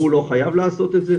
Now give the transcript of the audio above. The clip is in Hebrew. והוא לא חייב לעשות את זה,